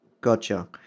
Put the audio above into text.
gotcha